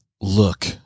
look